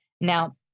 Now